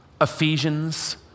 Ephesians